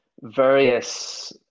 Various